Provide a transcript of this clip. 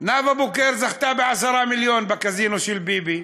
נאוה בוקר זכתה ב-10 מיליון בקזינו של ביבי.